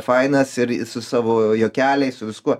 fainas ir su savo juokeliais su viskuo